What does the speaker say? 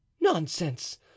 nonsense